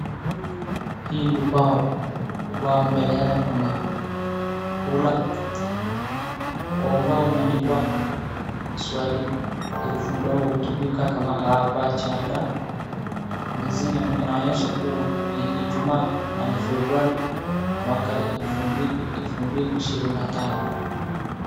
Hii ni ubao, ubao mbele yake kuna ruler ,kwa ubao umeandikwa swali herufi ndogo hutumika kama a,ba, cha, da na zingine inaonyesha kuwa ni ijumaa na ni februari mwaka wa elfu mbili ishirini na tano.